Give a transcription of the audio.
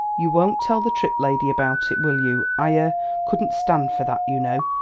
you won't tell the tripp lady about it, will you? i er couldn't stand for that, you know.